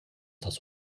das